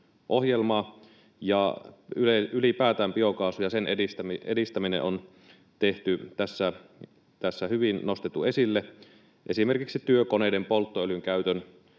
biokaasuohjelmaa. Ylipäätään biokaasu ja sen edistäminen on tässä hyvin nostettu esille. Esimerkiksi työkoneiden polttoöljynkäytön